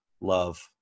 love